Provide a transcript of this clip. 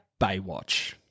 Baywatch